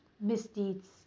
misdeeds